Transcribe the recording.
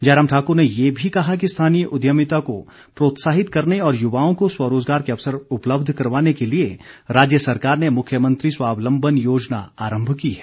जयराम ठाकर ने ये भी कहा कि स्थानीय उद्यमिता को प्रोत्साहित करने और युवाओं को स्वरोजगार के अवसर उपलब्ध करवाने के लिए राज्य सरकार ने मुख्यमंत्री स्वावलंबन योजना आरंभ की है